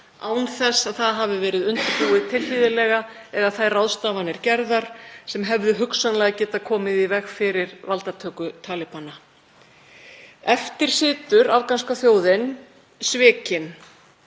án þess að það hafi verið undirbúið tilhlýðilega eða þær ráðstafanir gerðar sem hefðu hugsanlega getað komið í veg fyrir valdatöku talíbana. Eftir situr afganska þjóðin, svikin